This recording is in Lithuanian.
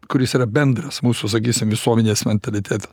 kuris yra bendras mūsų sakysim visuomenės mentalitetą